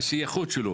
השייכות שלו.